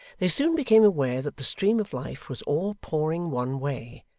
they soon became aware that the stream of life was all pouring one way,